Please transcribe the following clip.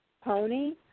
pony